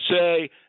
say